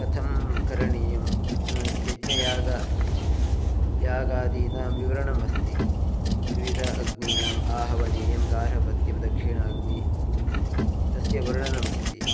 कथं करणीयं यज्ञयागानां यागादीनां विवरणम् अस्ति त्रिविधम् अग्नीनाम् आहवनीयं गार्हपत्यं दक्षिणाग्निः तस्य वर्णनमस्ति